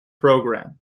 program